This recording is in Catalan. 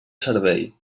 servei